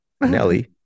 Nelly